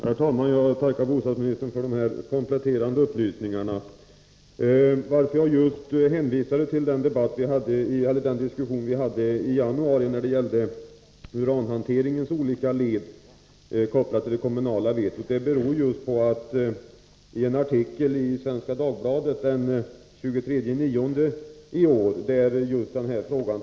Herr talman! Jag tackar bostadsministern för dessa kompletterande upplysningar. Anledningen till att jag hänvisade till den diskussion vi hade i januari om uranhanteringens olika led, kopplade till det kommunala vetot, var att den frågan togs upp i en artikel i Svenska Dagbladet den 23 september i år.